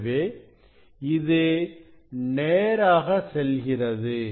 எனவே இது நேராக செல்கிறது